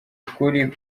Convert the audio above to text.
ukuri